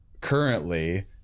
currently